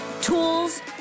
tools